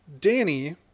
Danny